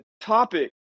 topic